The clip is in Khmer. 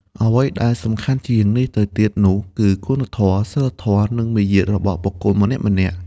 អ្វីដែលសំខាន់ជាងនេះទៅទៀតនោះ គឺគុណធម៌ សីលធម៌ និងមារយាទរបស់បុគ្គលម្នាក់ៗ។